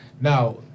Now